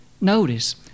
Notice